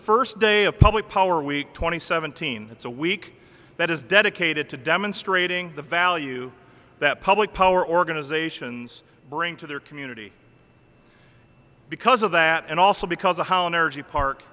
first day of public power week twenty seventeen it's a week that is dedicated to demonstrating the value that public power organizations bring to their community because of that and also because of how on earth the park